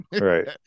Right